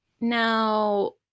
Now